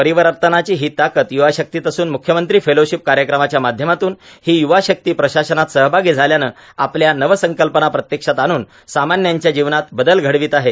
परिवर्तनाची ही ताकद युवा शक्तीत असून मुख्यमंत्री फेलोशिप कार्यक्रमाच्या माध्यमातून ही युवा शक्ती प्रशासनात सहभागी झाल्याने आपल्या नवसंकल्पना प्रत्यक्षात आणून सामान्यांच्या जीवनात बदल घडवित आहेत